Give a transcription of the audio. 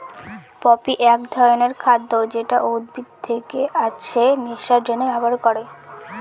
poppy এক ধরনের খাদ্য যেটা উদ্ভিদ থেকে আছে নেশার জন্যে ব্যবহার করে